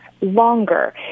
longer